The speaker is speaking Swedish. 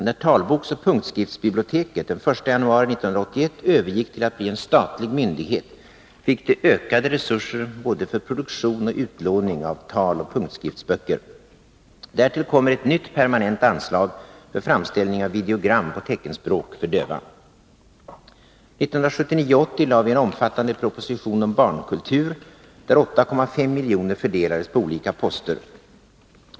När talboksoch punktskriftsbiblioteket den 1 januari 1981 övergick till att bli en statlig myndighet, fick det ökade resurser både för produktion och utlåning av taloch punktskriftsböcker. Därtill kommer ett nytt permanent anslag för framställning av videogram på teckenspråk för döva. 1979/80 lade vi en omfattande proposition om barnkultur, där 8,5 milj.kr. fördelades på olika poster.